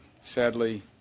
Sadly